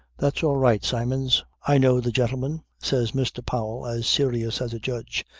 that's all right, symons. i know the gentleman, says mr. powell as serious as a judge.